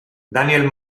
daniel